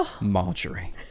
Marjorie